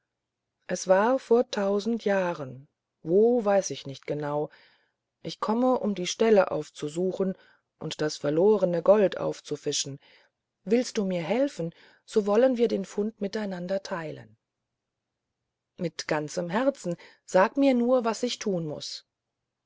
es war vor tausend jahren wo weiß ich nicht genau ich komme um die stelle aufzusuchen und das verlorene gold aufzufischen willst du mir helfen so wollen wir den fund miteinander teilen mit ganzem herzen sag mir nur was muß ich tun was